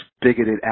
bigoted